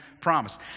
promise